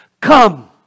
come